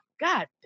God